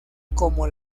como